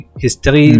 history